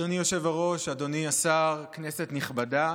אדוני היושב-ראש, אדוני השר, כנסת נכבדה,